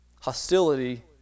Hostility